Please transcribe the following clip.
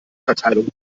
verteilung